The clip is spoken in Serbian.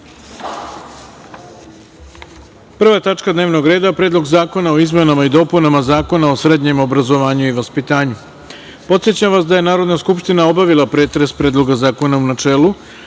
tačka dnevnog reda – Predlog zakona o izmenama i dopunama zakona o srednjem obrazovanju i vaspitanju. Podsećam vas da je Narodna skupština obavila pretres Predloga zakona u načelu.S